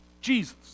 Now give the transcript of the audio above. Jesus